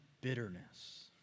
bitterness